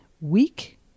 weak